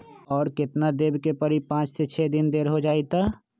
और केतना देब के परी पाँच से छे दिन देर हो जाई त?